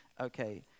Okay